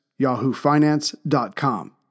yahoofinance.com